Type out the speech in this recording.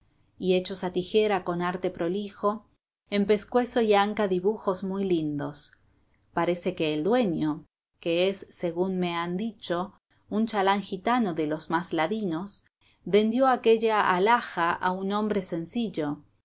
y hechos a tijera con arte prolijo en pescuezo y anca dibujos muy lindos parece que el dueño que es según me han dicho un chalán gitano de los más ladinos vendió aquella alhaja a un hombre sencillo